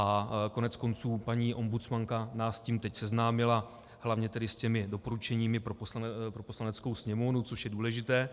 A koneckonců paní ombudsmanka nás s tím teď seznámila, hlavně s těmi doporučeními pro Poslaneckou sněmovnu, což je důležité.